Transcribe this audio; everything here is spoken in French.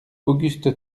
auguste